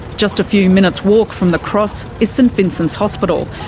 just a few minutes walk from the cross is st vincent's hospital,